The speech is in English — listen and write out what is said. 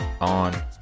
On